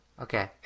Okay